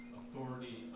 authority